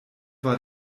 war